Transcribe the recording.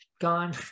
gone